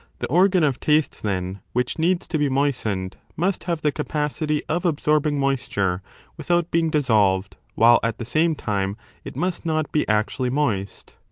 the organ of taste, then, which needs to be moistened, must have the capacity of absorbing moisture without being dissolved, while at the same time it must not be actually moist.